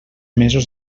mesos